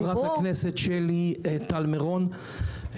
חברת הכנסת שלי טל מירון,